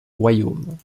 royaume